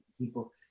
people